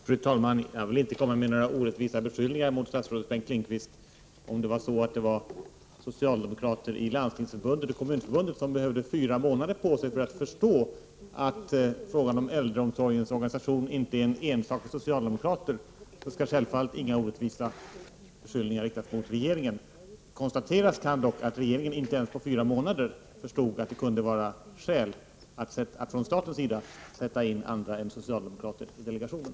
Fru talman! Jag vill inte komma med några orättvisa beskyllningar mot statsrådet Bengt Lindqvist om det är så att det var socialdemokrater i Landstingsförbundet och Kommunförbundet som behövde fyra månader på sig för att förstå att frågan om äldreomsorgens organisation inte är en ensak för socialdemokraterna. I så fall skall självfallet inga orättvisa beskyllningar riktas mot regeringen. Det kan dock konstateras att regeringen inte ens på fyra månader kunde förstå att det var skäl att från statens sida sätta in andra än socialdemokrater i delegationen.